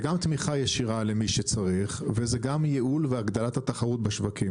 זה גם תמיכה ישירה למי שצריך וזה גם ייעול והגדלת התחרות בשווקים,